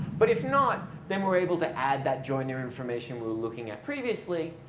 but if not, then we're able to add that joiner information we were looking at previously,